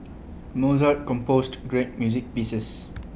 Mozart composed great music pieces